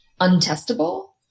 untestable